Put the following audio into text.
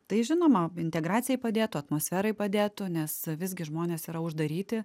tai žinoma integracijai padėtų atmosferai padėtų nes visgi žmonės yra uždaryti